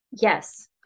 Yes